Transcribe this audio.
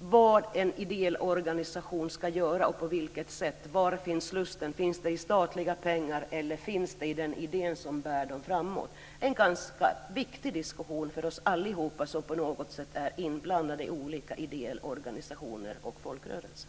vad en ideell organisation ska göra och på vilket sätt, liksom frågan om var lusten finns - i statliga pengar, eller i den idé som bär framåt - är en viktig diskussion för alla som på något sätt är inblandade i ideella organisationer och folkrörelser.